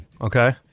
Okay